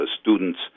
students